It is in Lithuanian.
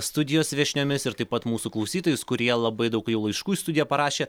studijos viešniomis ir taip pat mūsų klausytojus kurie labai daug jau laiškų į studiją parašė